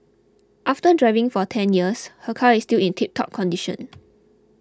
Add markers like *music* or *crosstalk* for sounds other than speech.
after driving for ten years her car is still in tiptop condition *noise*